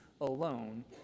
alone